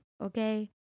okay